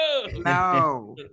No